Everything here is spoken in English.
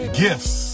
gifts